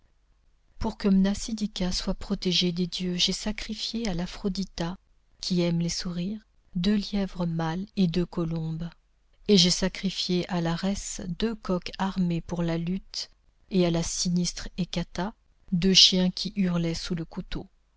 pour que mnasidika soit protégée des dieux j'ai sacrifié à laphrodita qui aime les sourires deux lièvres mâles et deux colombes et j'ai sacrifié à l'arès deux coqs armés pour la lutte et à la sinistre hekata deux chiens qui hurlaient sous le couteau